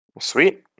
Sweet